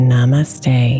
Namaste